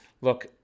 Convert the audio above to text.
look